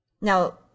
Now